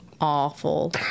Awful